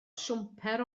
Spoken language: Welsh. siwmper